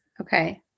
Okay